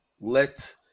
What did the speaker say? let